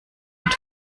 mit